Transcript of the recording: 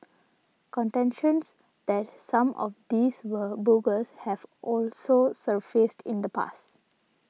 contentions that some of these were bogus have also surfaced in the past